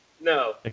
No